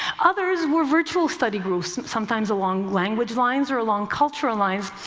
others were virtual study groups, sometimes along language lines or along cultural lines,